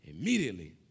immediately